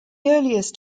earliest